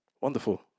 Wonderful